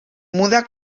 muda